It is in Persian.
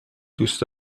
دوست